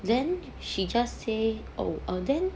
then she just say oh eh then